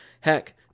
Heck